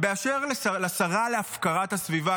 אשר לשרה להפקרת הסביבה,